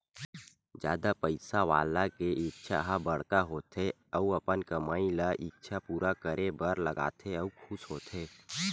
जादा पइसा वाला के इच्छा ह बड़का होथे अउ अपन कमई ल इच्छा पूरा करे बर लगाथे अउ खुस होथे